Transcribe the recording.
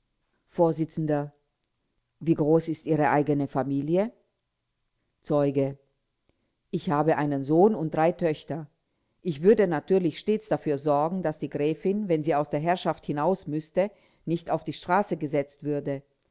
vors wie groß ist ihre eigene familie zeuge ich habe einen sohn und drei töchter ich würde natürlich stets dafür sorgen daß die gräfin wenn sie aus der herrschaft hinaus müßte nicht auf die straße gesetzt würde